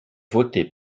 voter